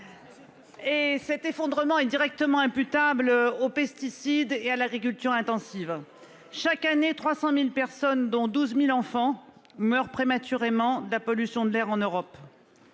Et cet effondrement est directement imputable aux pesticides et à l'agriculture intensive. Chaque année, 300.000 personnes dont 12.000 enfants meurent prématurément de la pollution de l'air en Europe.